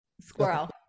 Squirrel